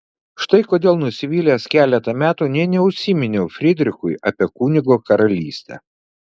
štai kodėl nusivylęs keletą metų nė neužsiminiau frydrichui apie kunigo karalystę